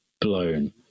blown